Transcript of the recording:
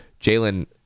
jalen